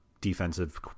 defensive